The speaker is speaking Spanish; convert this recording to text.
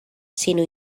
sino